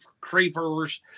creepers